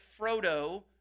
Frodo